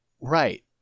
Right